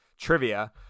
trivia